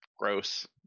gross